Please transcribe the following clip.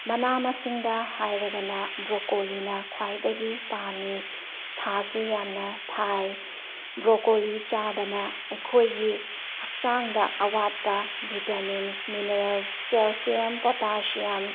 ꯃꯅꯥ ꯃꯁꯤꯡꯗ ꯍꯥꯏꯔꯒꯅ ꯕ꯭ꯔꯣꯀꯣꯂꯤꯅ ꯈ꯭ꯋꯥꯏꯗꯒꯤ ꯄꯥꯝꯃꯤ ꯊꯥꯁꯨ ꯌꯥꯝꯅ ꯊꯥꯏ ꯕ꯭ꯔꯣꯀꯣꯂꯤ ꯆꯥꯕꯅ ꯑꯩꯈꯣꯏꯒꯤ ꯍꯛꯆꯥꯡꯗ ꯑꯋꯥꯠꯄ ꯕꯤꯇꯥꯃꯤꯟꯁ ꯃꯤꯅꯔꯦꯜꯁ ꯀꯦꯜꯁꯤꯌꯝ ꯄꯣꯇꯥꯁꯤꯌꯝ